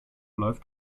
läuft